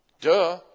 Duh